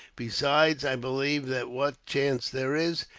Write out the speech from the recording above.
besides, i believe that what chance there is,